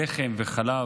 לחם וחלב.